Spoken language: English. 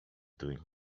doing